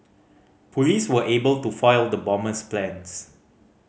police were able to foil the bomber's plans